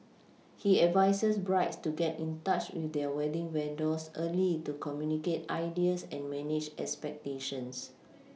he advises brides to get in touch with their wedding vendors early to communicate ideas and manage expectations